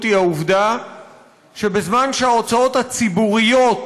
היא העובדה שבזמן שההוצאות הציבוריות